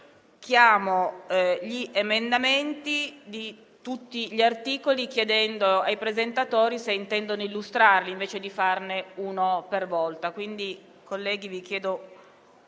quindi gli emendamenti di tutti gli articoli, chiedendo ai presentatori se intendono illustrarli, invece di procedere un articolo per volta.